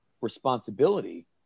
responsibility